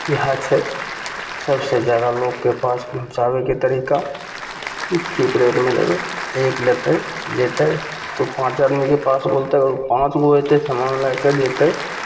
इएह छै सबसे जादा लोकके पास पहुँचाबैके तरीका कि चिप रेटमे देबै एक लेतै जएतै तऽ ओ पाँच आदमीके पास बोलतै अगर ओ पाँच गो अएतै समान लैके जएतै